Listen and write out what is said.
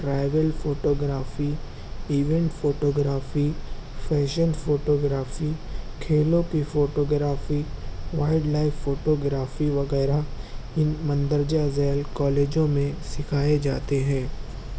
travel photography event photography fashion photography کھیلوں کی photography wildlife photography وغیرہ ان مندرجہ ذیل کالجوں میں سیکھائے جاتے ہیں